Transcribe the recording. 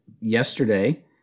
Yesterday